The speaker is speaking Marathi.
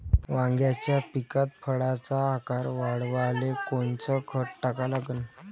वांग्याच्या पिकात फळाचा आकार वाढवाले कोनचं खत टाका लागन?